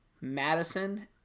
Madison